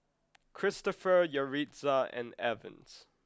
Cristopher Yaritza and Evans